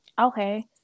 okay